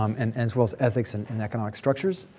um and as well as ethics and and economic structures.